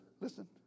listen